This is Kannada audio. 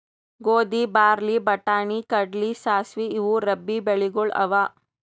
ಗೋಧಿ, ಬಾರ್ಲಿ, ಬಟಾಣಿ, ಕಡ್ಲಿ, ಸಾಸ್ವಿ ಇವು ರಬ್ಬೀ ಬೆಳಿಗೊಳ್ ಅವಾ